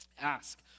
Ask